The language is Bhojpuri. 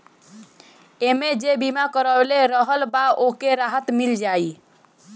एमे जे बीमा करवले रहल बा ओके राहत मिल जाई